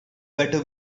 better